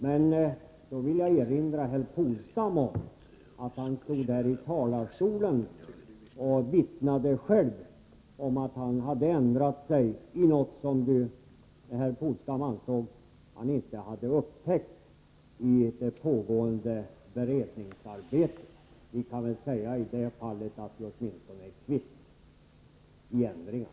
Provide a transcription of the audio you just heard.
Jag vill erinra herr Polstam om att han stod här i talarstolen och vittnade om att han själv hade ändrat sig beträffande något som han inte hade upptäckt under det pågående beredningsarbetet. Vi kan väl säga att vi därmed är kvitt i vad gäller ändringar.